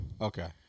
Okay